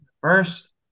first